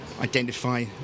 identify